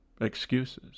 excuses